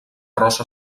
rosa